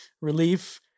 relief